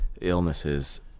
illnesses